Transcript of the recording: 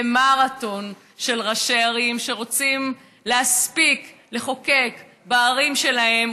ומרתון של ראשי ערים שרוצים להספיק לחוקק בערים שלהם,